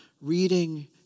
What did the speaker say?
reading